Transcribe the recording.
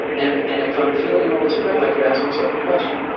and and if i'm feeling all this crap, i can ask myself a question,